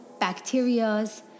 bacterias